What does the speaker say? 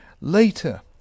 Later